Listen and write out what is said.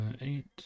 eight